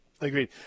agreed